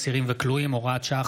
אסירים וכלואים (הוראת שעה,